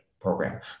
program